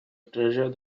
treasure